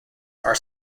are